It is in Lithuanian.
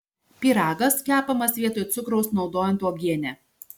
pyragas kepamas vietoj cukraus naudojant uogienę